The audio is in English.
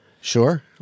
Sure